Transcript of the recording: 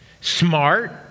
smart